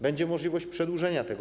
Będzie możliwość przedłużenia tego.